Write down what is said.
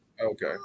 Okay